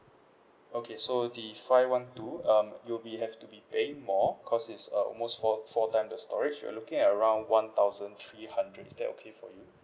okay so the five one two um you'll be have to be paying more cause it's a almost four four times the storage you're looking at around one thousand three hundred is that okay for you